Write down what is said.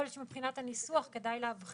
יכול להיות שמבחינת הניסוח כדאי להבחין